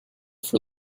for